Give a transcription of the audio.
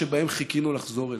שבהן חיכינו לחזור אליה.